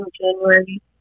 January